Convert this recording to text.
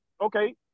okay